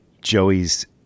Joey's